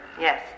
yes